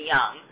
Young